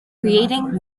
creating